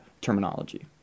terminology